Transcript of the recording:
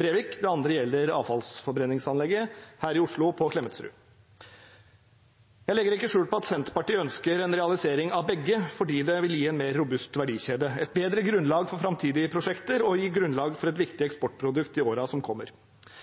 Brevik, det andre gjelder avfallsforbrenningsanlegget her i Oslo, på Klemetsrud. Jeg legger ikke skjul på at Senterpartiet ønsker en realisering av begge, for det vil gi en mer robust verdikjede, et bedre grunnlag for framtidige prosjekter og grunnlag for et viktig eksportprodukt i årene som kommer.